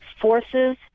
forces